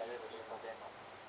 mm mm ya